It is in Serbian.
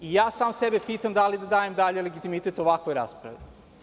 I ja sam sebe pitam da li da dajem dalje legitimitet ovakvoj raspravi?